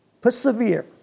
persevere